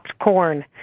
corn